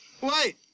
Wait